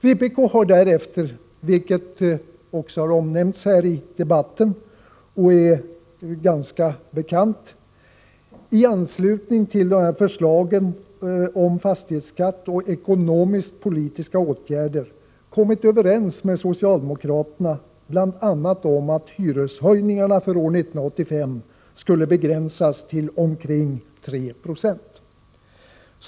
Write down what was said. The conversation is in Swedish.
Vpk har därefter, vilket också har nämnts i debatten och är ganska bekant, i anslutning till förslagen om fastighetsskatt och ekonomisk-politiska åtgärder kommit överens med socialdemokraterna bl.a. om att hyreshöjningarna år 1985 skulle begränsas till omkring 3 96.